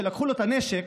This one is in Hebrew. שלקחו לו את הנשק,